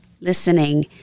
listening